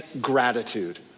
gratitude